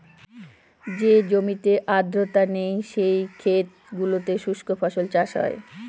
যে জমিতে আর্দ্রতা নেই, সেই ক্ষেত গুলোতে শুস্ক ফসল চাষ হয়